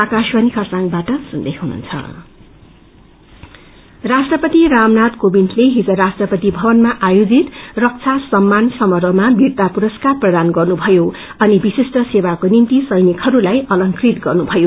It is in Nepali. प्रेज अवार्ड राष्ट्रपति रामनाथ कोविन्दले हिज राष्ट्रपति भवनमा आयोजित रक्षा सम्मान समारोहमा वीरता पुरस्कार प्रदान गर्नुभयो अनि विशिष्ट सेवाको निम्ति सैनिकहरूलाई अलंकृत गर्नुथयो